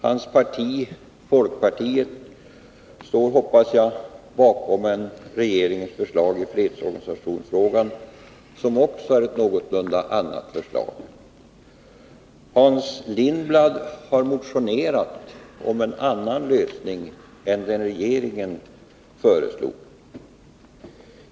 Hans parti, folkpartiet, står hoppas jag, bakom regeringens förslag i fredsorganisationsfrågan, som också är ett något annorlunda förslag. Hans Lindblad har motionerat om en annan lösning än den regeringen föreslog.